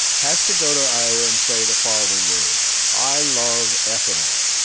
has to go to iowa and say the following words, i love ethanol.